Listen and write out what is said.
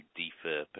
defer